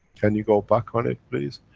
can you go back on it, please?